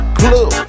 clue